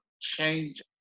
change